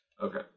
Okay